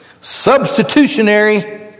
substitutionary